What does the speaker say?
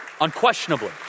Unquestionably